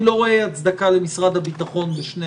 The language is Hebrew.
אני לא רואה הצדקה למשרד הביטחון בשני